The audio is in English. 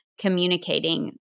communicating